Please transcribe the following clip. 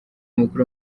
mukuru